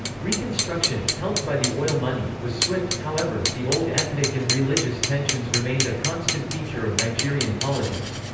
reconstruction, helped by the oil money, was swift however, the old ethnic and religious tensions remained a constant feature of nigerian politics.